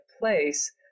place